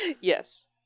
Yes